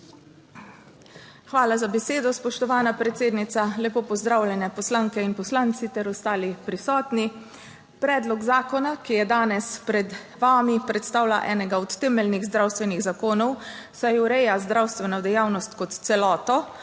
Hvala za besedo, spoštovana predsednica. Lepo pozdravljeni, poslanke in poslanci ter ostali prisotni! Predlog zakona, ki je danes pred vami, predstavlja enega od temeljnih zdravstvenih zakonov, saj ureja zdravstveno dejavnost kot celoto,